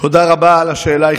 תודה רבה על השאלה.